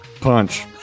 Punch